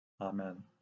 Amen